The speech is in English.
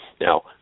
Now